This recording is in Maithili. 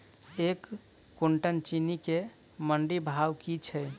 एक कुनटल चीनी केँ मंडी भाउ की छै?